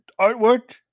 artwork